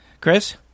Chris